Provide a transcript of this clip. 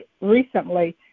recently